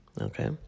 Okay